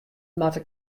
moatte